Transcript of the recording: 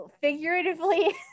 figuratively